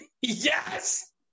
Yes